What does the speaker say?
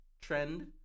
trend